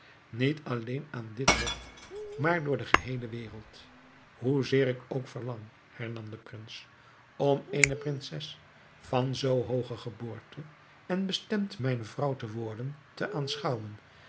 niet alleen aan dit hof maar door de geheele wereld hoezeer ik ook verlang hernam de prins om eene prinses van zoo hooge geboorte en bestemd mijne vrouw te worden te aanschouwen